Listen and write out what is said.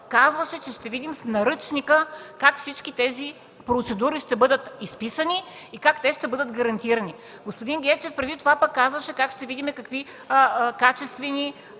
казано, че ще видим в наръчника как всички тези процедури ще бъдат изписани и как ще бъдат гарантирани. Господин Гечев преди това пък казваше как ще видим какви качествени